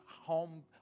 home